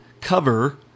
cover